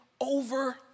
over